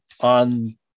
on